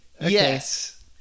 Yes